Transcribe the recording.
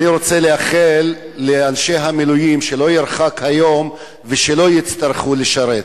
אני רוצה לאחל לאנשי המילואים שלא ירחק היום ולא יצטרכו לשרת.